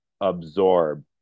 absorb